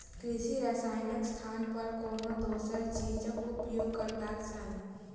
कृषि रसायनक स्थान पर कोनो दोसर चीजक उपयोग करबाक चाही